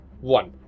one